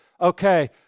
okay